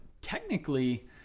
technically